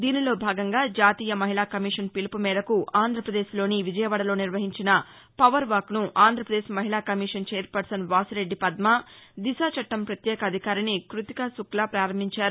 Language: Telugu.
దీనిలో భాగంగా జాతీయ మహిళా కమిషన్ పిలుపు మేరకు ఆంధ్రాప్రదేశ్లోని విజయవాడలో నిర్వహించిన పవర్ వాక్ను ఏపీ మహిళా కమిషన్ ఛైర్పర్సన్ వాసిరెడ్డి పద్మ దిశ చట్టం ప్రత్యేక అధికారిణి కృతికా శుక్లా ప్రారంభించారు